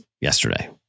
yesterday